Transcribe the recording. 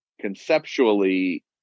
conceptually